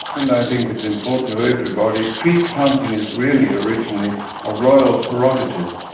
and i think it's important to everybody. tree planting is really originally a royal prerogative.